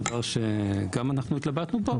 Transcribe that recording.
דבר שאנחנו גם התלבטנו בו.